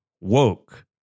Woke